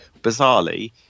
bizarrely